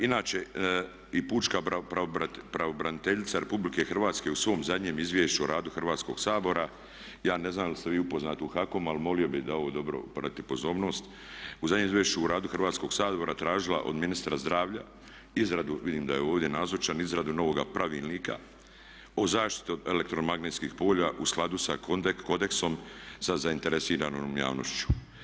Inače i pučka pravobraniteljica Republike Hrvatske u svom zadnjem izvješću o radu Hrvatskoga sabora, ja ne znam da li ste vi upoznati u HAKOM-u ali molio bih da ovo dobro obratite pozornost, u zadnjem Izvješću o radu Hrvatskoga sabora tražila od ministra zdravlja izradu, vidim da je ovdje nazočan, izradu novoga Pravilnika o zaštiti od elektromagnetskih polja u skladu sa kodeksom sa zainteresiranom javnošću.